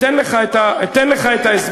אם מדובר על מסתננים,